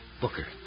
Booker